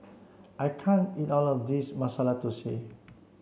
I can't eat all of this Masala Thosai